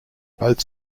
both